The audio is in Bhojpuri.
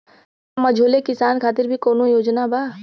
का मझोले किसान खातिर भी कौनो योजना बा?